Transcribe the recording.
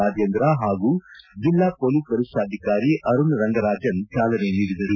ರಾಜೇಂದ್ರ ಹಾಗೂ ಜಿಲ್ಲಾ ಪೊಲೀಸ್ ವರಿಷ್ಠಾಧಿಕಾರಿ ಅರುಣ್ ರಂಗರಾಜನ್ ಚಾಲನೆ ನೀಡಿದರು